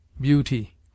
beauty